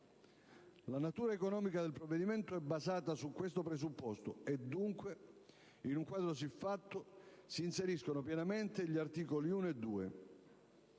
La natura economica del provvedimento è basata su questo presupposto, e dunque in un quadro siffatto si inseriscono pienamente gli articoli 1 e 2.